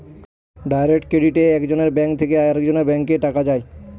direct ক্রেডিটে এক জনের ব্যাঙ্ক থেকে আরেকজনের ব্যাঙ্কে টাকা যায়